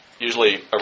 usually